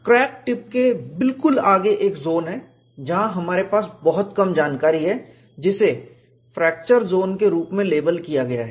crack tip के बिल्कुल आगे एक जोन है जहां हमारे पास बहुत कम जानकारी है जिसे फ्रैक्चर जोन के रूप में लेबल किया गया है